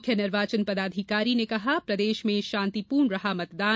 मुख्य निर्वाचन पदाधिकारी ने कहा प्रदेश में शांतिपूर्ण रहा मतदान